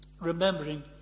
remembering